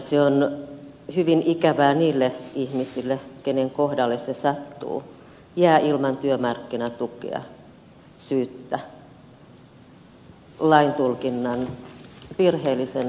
se on hyvin ikävää niille ihmisille joiden kohdalle se sattuu että jää syyttä ilman työmarkkinatukea laintulkinnan virheellisen lain takia